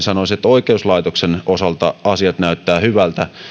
sanoisin että oikeuslaitoksen osalta asiat näyttävät hyviltä